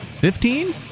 Fifteen